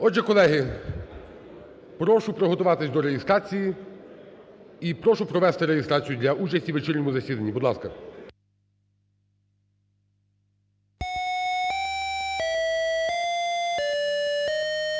Отже, колеги, прошу приготуватись до реєстрації. І прошу провести реєстрацію для участі в вечірньому засіданні, будь ласка.